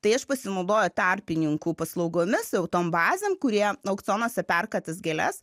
tai aš pasinaudoju tarpininkų paslaugomis jau tom bazėm kurie aukcionuose perka tas gėles